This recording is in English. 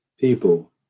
people